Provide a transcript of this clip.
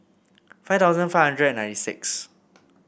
five thousand five hundred and ninety six